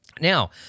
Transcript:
Now